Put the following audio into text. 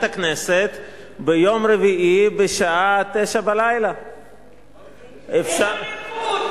הכנסת ביום רביעי בשעה 21:00. איפה הליכוד?